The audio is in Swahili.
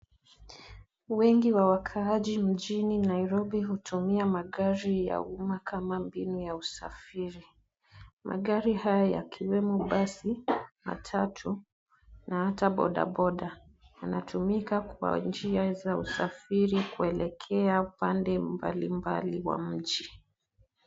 Wengi wa wakaaji mjini Nairobi wanatumia magari ya uma mbinu ya usafiri. Magari haya yakiwemo basi, matatu na hata bodaboda, yanatumika kwa njia za usafiri kuelekea upande mbalimbali wa mji.